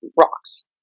rocks